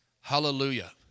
Hallelujah